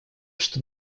что